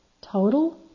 total